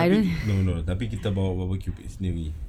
I think no no tapi kita bawa barbecue pit sendiri